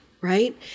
right